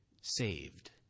saved